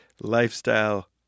lifestyle